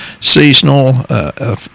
seasonal